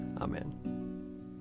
Amen